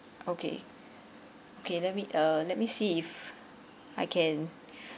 okay okay let me uh let me see if I can